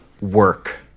Work